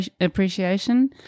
appreciation